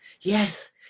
yes